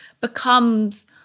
becomes